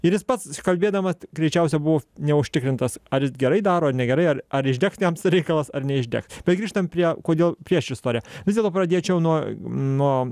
ir jis pats kalbėdamas greičiausiai buvo neužtikrintas ar jis gerai daro ar negerai ar ar išdeks jiems reikalas ar neišdegs tai grįžtam prie kodėl priešistorę vis dėlto pradėčiau nuo nuo